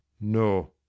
no